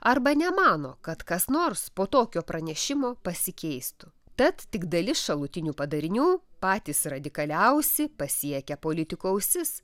arba nemano kad kas nors po tokio pranešimo pasikeistų tad tik dalis šalutinių padarinių patys radikaliausi pasiekia politikų ausis